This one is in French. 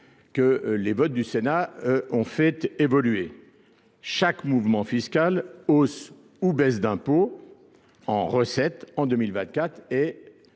que les votes du Sénat ont fait évoluer. Chaque mouvement fiscal hausse ou baisse d'impôts en recette en 2024 est